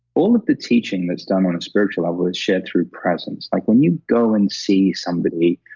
all of the teaching that's done on a spiritual level is shared through presence. like, when you go and see somebody,